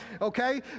Okay